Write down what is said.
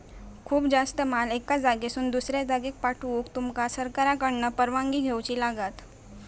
खूप जास्त माल एका जागेसून दुसऱ्या जागेक पाठवूक तुमका सरकारकडना परवानगी घेऊची लागात